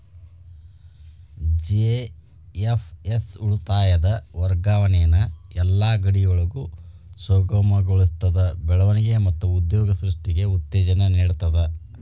GFS ಉಳಿತಾಯದ್ ವರ್ಗಾವಣಿನ ಯೆಲ್ಲಾ ಗಡಿಯೊಳಗು ಸುಗಮಗೊಳಿಸ್ತದ, ಬೆಳವಣಿಗೆ ಮತ್ತ ಉದ್ಯೋಗ ಸೃಷ್ಟಿಗೆ ಉತ್ತೇಜನ ನೇಡ್ತದ